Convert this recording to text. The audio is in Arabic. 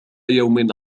يوم